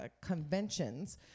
conventions